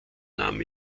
nahm